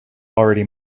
already